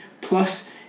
Plus